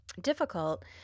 difficult